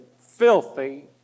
filthy